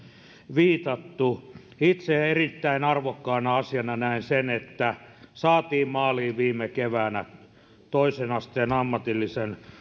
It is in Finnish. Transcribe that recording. viitattu itse näen erittäin arvokkaana asiana sen että saatiin maaliin viime keväänä toisen asteen ammatillisen